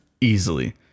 easily